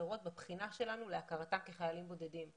אחרות בבחינה שלנו להכרתן כחיילים בודדים.